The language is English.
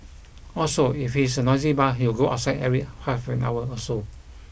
also if he is in a noisy bar he would go outside every half an hour or so